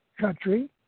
country